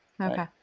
Okay